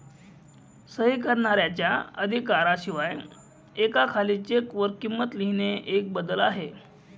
सही करणाऱ्याच्या अधिकारा शिवाय एका खाली चेक वर किंमत लिहिणे एक बदल आहे